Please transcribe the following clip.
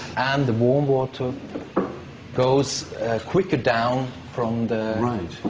and the warm water goes quicker down from the.